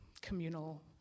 communal